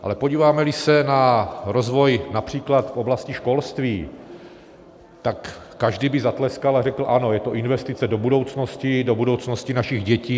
Ale podívámeli se rozvoj například v oblasti školství, tak každý by zatleskal a řekl: ano, je to investice do budoucnosti, do budoucnosti našich dětí.